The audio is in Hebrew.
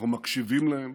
אנחנו מקשיבים להם.